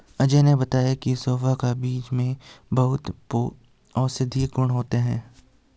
अजय ने बताया की सौंफ का बीज में बहुत औषधीय गुण होते हैं